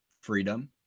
freedom